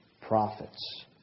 profits